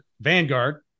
Vanguard